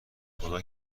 خدا